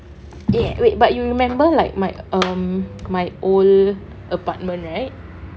eh wait but you remember like my um my old apartment right